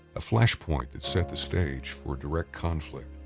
a flashpoint that set the stage for direct conflict,